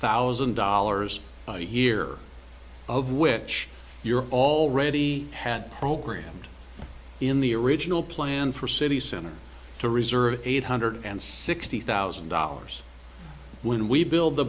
thousand dollars a year of which you're already had programmed in the original plan for city center to reserve eight hundred and sixty thousand dollars when we build the